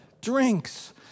drinks